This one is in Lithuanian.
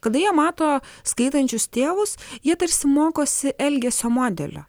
kada jie mato skaitančius tėvus jie tarsi mokosi elgesio modelio